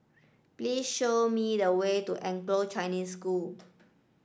please show me the way to Anglo Chinese School